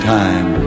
time